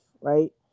right